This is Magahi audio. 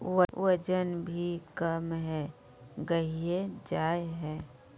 वजन भी कम है गहिये जाय है?